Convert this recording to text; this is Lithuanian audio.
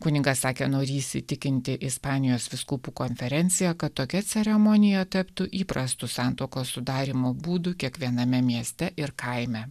kunigas sakė norįs įtikinti ispanijos vyskupų konferenciją kad tokia ceremonija taptų įprastu santuokos sudarymo būdu kiekviename mieste ir kaime